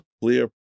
clear